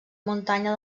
muntanya